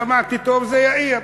שמעתי טוב וזה יאיר,